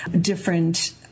different